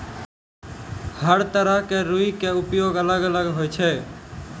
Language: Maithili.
हर तरह के रूई के उपयोग अलग अलग होय छै